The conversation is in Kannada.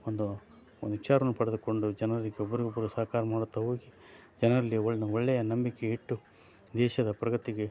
ಒಂದು ಒಂದು ವಿಚಾರನ ಪಡೆದುಕೊಂಡು ಜನರು ಒಬ್ಬರಿಗೊಬ್ಬರು ಸಹಕಾರ ಮಾಡುತ್ತಾ ಹೋಗಿ ಜನರಲ್ಲಿ ಒಳ್ಳೆ ಒಳ್ಳೆಯ ನಂಬಿಕೆ ಇಟ್ಟು ದೇಶದ ಪ್ರಗತಿಗೆ